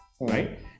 right